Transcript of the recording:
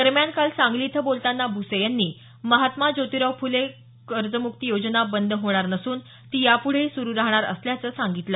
दरम्यान काल सांगली इथं बोलताना भुसे यांनी महात्मा ज्योतिराव फुले कृषी कर्जमुक्ती योजना बंद होणार नसून ती यापुढेही सुरू राहणार असल्याचं सांगितलं